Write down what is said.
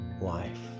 life